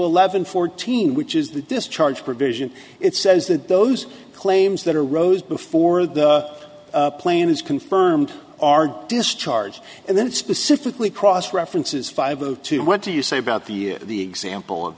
eleven fourteen which is the discharge provision it says that those claims that are rose before the plan is confirmed are discharged and then specifically cross references five zero two what do you say about the the example of